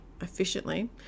efficiently